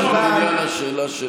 חבר הכנסת אזולאי, עכשיו לעניין השאלה של